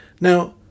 Now